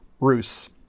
ruse